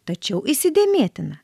tačiau įsidėmėtina